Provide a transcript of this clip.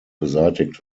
beseitigt